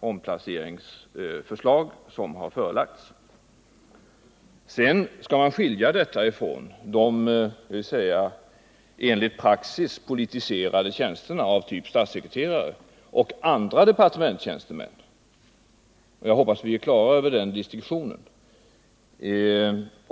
omplacerings förslag som framlagts. Nr 32 Vi skall emellertid skilja mellan de enligt praxis politiserade tjänsterna, typ Tisdagen den statssekreterartjänster, och andra departementstjänster. Jag hoppas att vi är 20 november 1979 överens om den distinktionen.